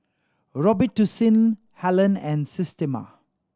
Robitussin Helen and Systema